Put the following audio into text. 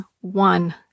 one